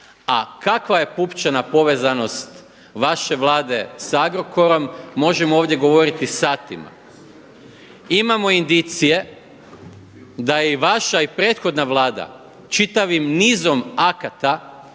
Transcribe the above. A kakva je pupčana povezanost vaše Vlade sa Agrokorom možemo ovdje govoriti satima. Imamo indicije da je i vaša i prethodna Vlada čitavim nizom akata